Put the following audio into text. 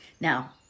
Now